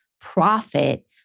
profit